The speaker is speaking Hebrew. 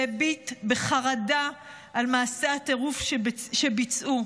שהביט בחרדה על מעשי הטירוף שביצעו.